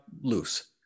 loose